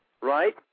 right